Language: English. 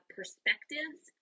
perspectives